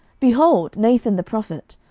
behold nathan the prophet.